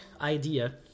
idea